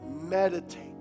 Meditate